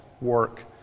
work